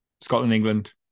Scotland-England